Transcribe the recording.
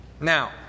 Now